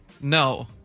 No